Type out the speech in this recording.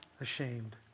ashamed